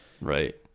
right